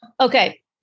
Okay